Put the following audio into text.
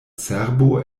cerbo